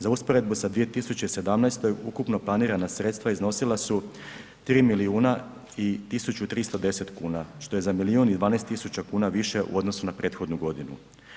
Za usporedbu sa 2017. ukupno planirana sredstva iznosila su 3 milijuna i 1310 kuna, što je za milijun i 12 tisuća kuna više u odnosu na prethodnu godinu.